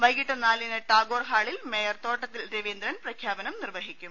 വൈകീട്ട് നാലിന് ടാഗോർ ഹാളിൽ മേയർ തോട്ടത്തിൽ രവീന്ദ്രൻ പ്രഖ്യാപനം നിർവഹിക്കും